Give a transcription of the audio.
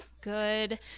Good